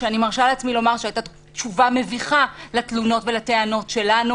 שאני מרשה לעצמי לומר שהיא הייתה תשובה מביכה לתלונות ולטענות שלנו.